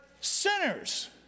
sinners